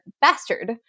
bastard